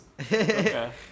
Okay